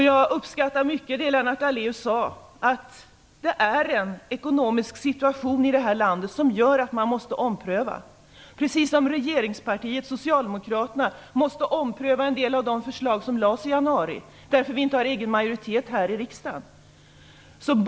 Jag uppskattar det som Lennart Daléus sade om att det är en ekonomisk situation i landet som gör att man måste ompröva, precis som regeringspartiet Socialdemokraterna måste ompröva en del av de förslag som lades fram i januari därför att vi inte har egen majoritet här i riksdagen.